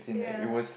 yeah